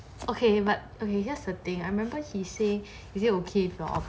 okay but okay here is the thing I remember he say is it okay if your of